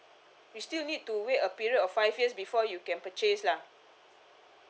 you still need to wait a period of five years before you can purchase lah